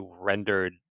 rendered